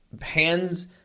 hands